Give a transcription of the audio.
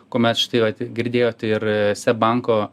kuomet štai vat girdėjot ir seb banko